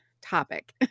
topic